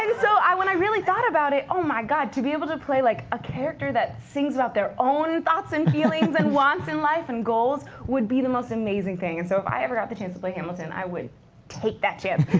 so when i really thought about it oh my god, to be able to play like a character that sings about their own thoughts and feelings and wants in life, and goals would be the most amazing thing. and so if i ever got the chance to play hamilton, i would take that chance.